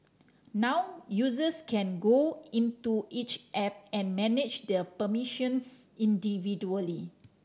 now users can go into each app and manage the permissions individually